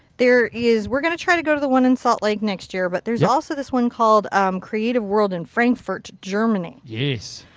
there is. we're going to try to go to the one in salt lake next year but there is also this one called creative world in frankfort, germany. yes.